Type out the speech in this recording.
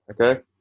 Okay